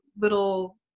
little